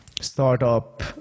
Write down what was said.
startup